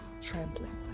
trampling